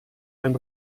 ein